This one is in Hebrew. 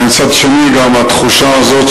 אבל מצד שני גם התחושה הזו,